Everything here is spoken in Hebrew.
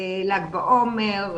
ל"ג בעומר,